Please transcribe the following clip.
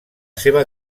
seva